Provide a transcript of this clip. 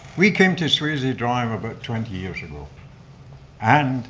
we came to swayze drive about twenty years ago and